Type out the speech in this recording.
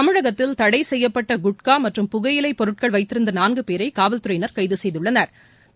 தமிழகத்தில் தடை செய்யப்பட்ட குட்கா மற்றும் புகையிலை பொருட்கள் வைத்திருந்த நான்கு பேரை காவல்துறையினா் கைது செய்துள்ளனா்